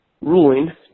ruling